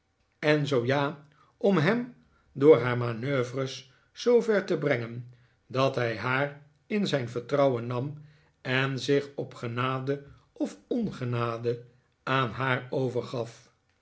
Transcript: en zoo ja om hem door haar manoeuvres zoover te brengen dat hij haar in zijn vertrouwen nam en zich op genade of ongenade aan haar overgaf